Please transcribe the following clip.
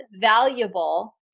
valuable